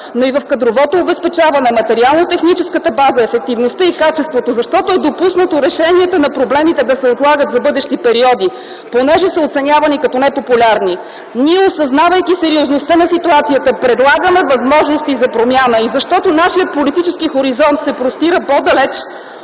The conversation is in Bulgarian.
но и в кадровото обезпечаване, материално-техническата база, ефективността и качеството, защото е допуснато решенията на проблемите да се отлагат за бъдещи периоди, понеже са оценявани като непопулярни. Ние, осъзнавайки сериозността на ситуацията, предлагаме възможности за промяна. И защото нашият политически хоризонт се простира по-далеч